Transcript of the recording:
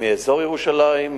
מאזור ירושלים,